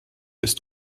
ist